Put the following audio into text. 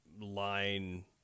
line